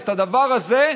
והדבר הזה,